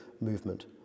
movement